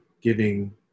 giving